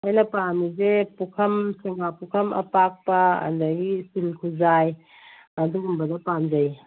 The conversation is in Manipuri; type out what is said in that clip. ꯑꯩꯅ ꯄꯥꯝꯃꯤꯁꯦ ꯄꯨꯈꯝ ꯁꯦꯟꯒꯥ ꯄꯨꯈꯝ ꯑꯄꯥꯛꯄ ꯑꯗꯒꯤ ꯏꯁꯇꯤꯜ ꯈꯨꯖꯥꯏ ꯑꯗꯨꯝꯕꯗꯣ ꯄꯥꯝꯖꯩ